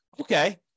Okay